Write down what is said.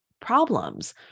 problems